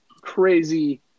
crazy